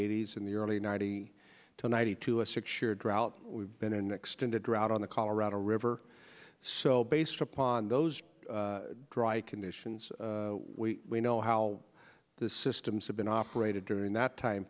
eighty's in the early ninety to ninety two a six year drought we've been an extended drought on the colorado river so based upon those dry conditions we know how the systems have been operated during that time